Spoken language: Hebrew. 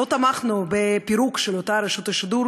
לא תמכנו בפירוק של אותה רשות השידור,